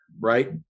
right